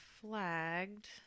flagged